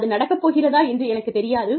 அது நடக்கப்போகிறதா என்று எனக்குத் தெரியாது